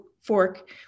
fork